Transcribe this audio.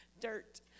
dirt